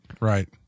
Right